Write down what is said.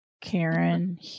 Karen